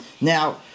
Now